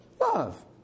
Love